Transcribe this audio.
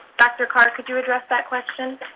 dr. carr, could you address that question?